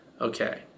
Okay